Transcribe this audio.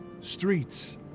Streets